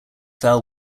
fell